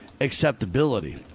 acceptability